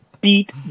beat